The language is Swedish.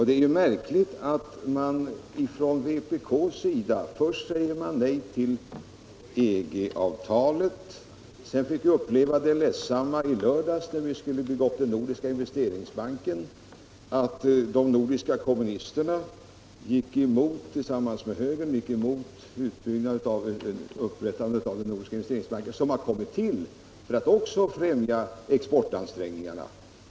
Det är märkligt att man från vpk:s sida säger nej till EG-avtalet och att vi sedan fick uppleva det ledsamma i lördags, när vi skulle bygga upp den nordiska investeringsbanken, att nordiska kommunister tillsammans med högern gick emot upprättandet av denna bank, som bl.a. har till uppgift att främja exportansträngningarna.